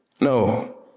No